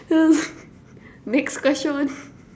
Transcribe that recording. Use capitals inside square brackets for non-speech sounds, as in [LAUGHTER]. [LAUGHS] next question